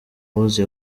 rose